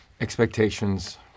Expectations